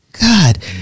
God